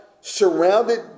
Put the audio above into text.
surrounded